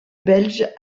belge